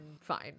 fine